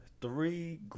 three